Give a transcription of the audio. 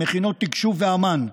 מכינות תקשוב ואמ"ן,